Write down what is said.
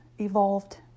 evolved